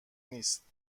نیست